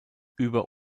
über